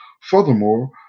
Furthermore